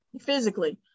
physically